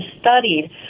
studied